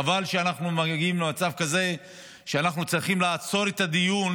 חבל שאנחנו מגיעים למצב כזה שאנחנו צריכים לעצור את הדיון